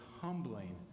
humbling